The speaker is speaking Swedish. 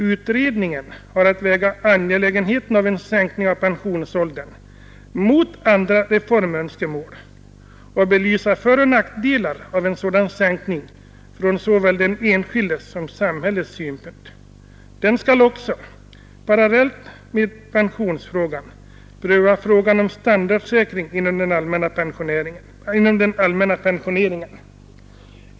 Utredningen har att väga angelägenheten av en sänkning av pensionsåldern mot andra reformönskemål och belysa föroch nackdelar av en sådan sänkning från såväl den enskildes som samhällets synpunkt. Den skall också — parallellt med pensionsfrågan — pröva frågan om standardsäkring inom den allmänna pensioneringen.